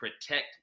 protect